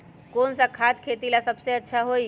कौन सा खाद खेती ला सबसे अच्छा होई?